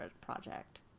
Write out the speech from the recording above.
project